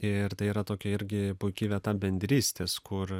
ir tai yra tokia irgi puiki vieta bendrystės kur